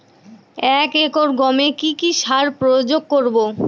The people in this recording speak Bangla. এক একর গমে কি কী সার প্রয়োগ করব?